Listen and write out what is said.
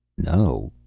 no?